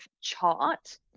chart